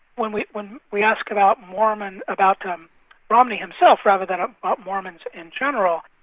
when we when we ask about mormon. about romney himself rather than about mormons in general,